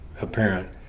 apparent